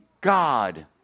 God